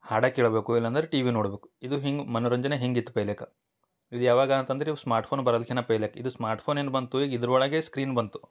ಹಾಡ ಕೇಳಬೇಕು ಇಲ್ಲಾ ಅಂದ್ರ ಟಿವಿ ನೋಡ್ಬೇಕು ಇದು ಹಿಂಗ ಮನೋರಂಜನೆ ಹಿಂಗ ಇತ್ತು ಪೆಹೆಲೇಕ ಇದು ಯಾವಾಗ ಅಂತಂದ್ರ ಇವು ಸ್ಮಾರ್ಟ್ಫೋನ್ ಬರದಿಕ್ಕಿನ್ನ ಪೆಹೆಲೆಕ್ ಇದು ಸ್ಮಾರ್ಟ್ಫೋನ್ ಏನು ಬಂತು ಇದ್ರ ಒಳಗೇ ಸ್ಕ್ರೀನ್ ಬಂತು